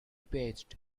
bathed